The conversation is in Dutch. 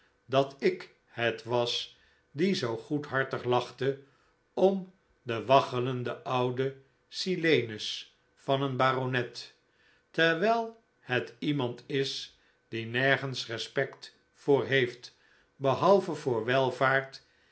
dat ik het was die zoo goedhartig lachte om den waggelenden ouden silenus van een baronet terwijl het iemand is die nergens respect voor heeft behalve voor welvaart